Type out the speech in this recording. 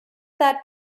that